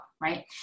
right